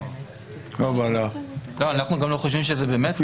אנחנו גם לא חושבים שזה במתח.